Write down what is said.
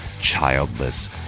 childless